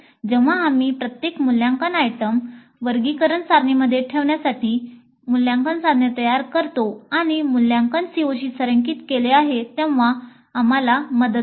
जेव्हा आम्ही प्रत्येक मूल्यांकन आयटम वर्गीकरण सारणीमध्ये ठेवण्यासाठी मूल्यांकन साधने तयार करतो आणि मूल्यांकन COशी संरेखित केले जाते तेव्हा हे आम्हाला मदत होते